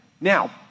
Now